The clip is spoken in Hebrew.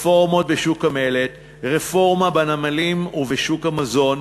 רפורמות בשוק המלט, רפורמה בנמלים ובשוק המזון,